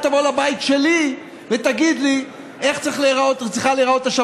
אל תבוא לבית שלי ותגיד לי איך צריכה להיראות השבת